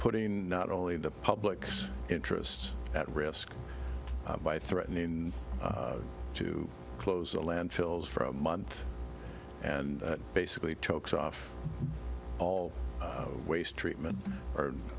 putting not only the public's interests at risk by threatening to close the landfills for a month and basically chokes off all the waste treatment